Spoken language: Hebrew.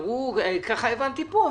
ככה הבנתי פה,